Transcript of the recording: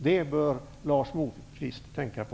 Det bör Lars Moquist tänka på.